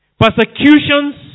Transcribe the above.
Persecutions